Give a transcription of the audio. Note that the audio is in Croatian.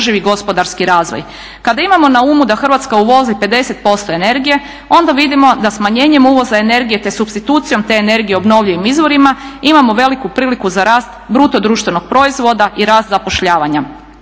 održivi gospodarski razvoj. Kada imamo na umu da Hrvatska uvozi 50% energije onda vidimo da smanjenjem uvoza energije te supstitucijom te energije obnovljivim izvorima imamo veliku priliku za rast BDP-a i rast zapošljavanja.